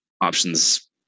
options